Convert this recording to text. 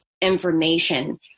information